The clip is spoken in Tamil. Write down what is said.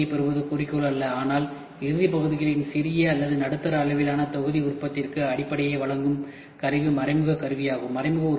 இறுதிப் பகுதியைப் பெறுவது குறிக்கோள் அல்ல ஆனால் இறுதி பகுதிகளின் சிறிய அல்லது நடுத்தர அளவிலான தொகுதி உற்பத்திக்கான அடிப்படையை வழங்கும் கருவி மறைமுக கருவியாகும்